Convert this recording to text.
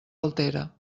altera